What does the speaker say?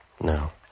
No